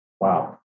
Wow